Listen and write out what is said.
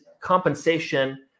compensation